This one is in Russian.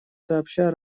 сообща